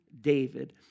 David